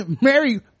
mary